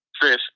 Chris